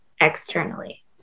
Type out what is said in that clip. externally